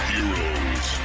Heroes